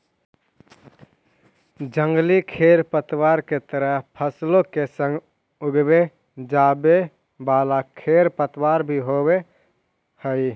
जंगली खेरपतवार के तरह फसलों के संग उगवे जावे वाला खेरपतवार भी होवे हई